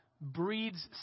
breeds